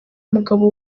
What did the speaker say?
mugabo